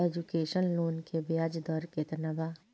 Education loan के ब्याज दर केतना बा?